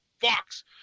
fox